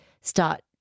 start